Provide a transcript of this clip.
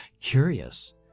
curious